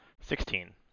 Sixteen